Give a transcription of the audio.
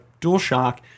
DualShock